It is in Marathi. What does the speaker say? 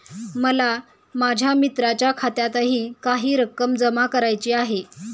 मला माझ्या मित्राच्या खात्यातही काही रक्कम जमा करायची आहे